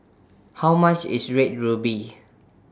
How much IS Red Ruby